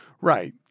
Right